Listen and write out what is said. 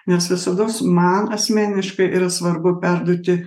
nes visados man asmeniškai yra svarbu perduoti